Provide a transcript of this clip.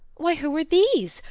why who are these?